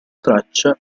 traccia